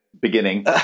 beginning